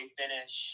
finish